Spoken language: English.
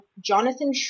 Jonathan